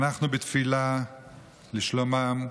אנחנו בתפילה לשלומם: